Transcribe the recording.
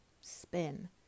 spin